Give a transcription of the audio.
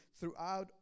throughout